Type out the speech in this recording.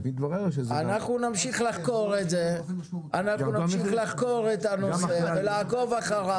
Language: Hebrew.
אנחנו נמשיך לחקור את הנושא ולעקוב אחריו.